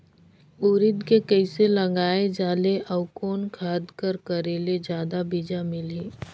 उरीद के कइसे लगाय जाले अउ कोन खाद कर करेले जादा बीजा मिलही?